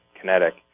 Kinetic